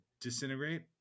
disintegrate